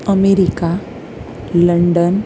America London